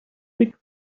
sixth